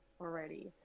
already